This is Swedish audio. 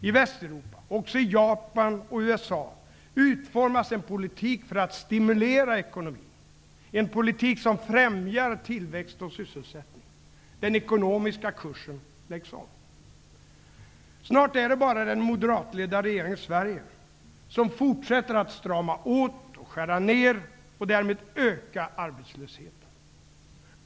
I Västeuropa, samt också i Japan och USA, utformas en politik för att stimulera ekonomin, en politik som främjar tillväxt och sysselsättning. Den ekonomiska kursen läggs om. Snart är det bara den moderatledda regeringen i Sverige som fortsätter att strama åt, skära ned och därmed öka arbetslösheten.